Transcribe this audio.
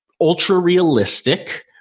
ultra-realistic